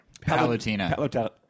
Palutena